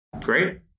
Great